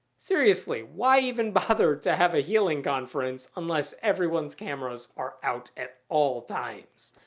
seriously, why even bother to have a healing conference unless everyone's cameras are out at all times?